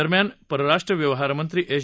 दरम्यान परराष्ट्र व्यवहारमंत्री एस